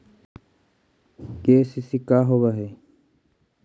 KCC का होव हइ?